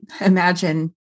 imagine